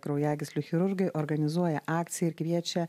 kraujagyslių chirurgai organizuoja akciją ir kviečia